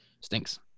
stinks